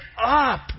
up